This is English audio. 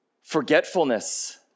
forgetfulness